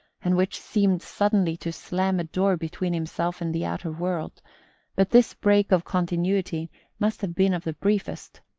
and which seemed suddenly to slam a door between himself and the outer world but this break of continuity must have been of the briefest,